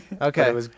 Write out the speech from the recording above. Okay